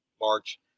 March